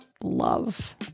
love